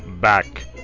Back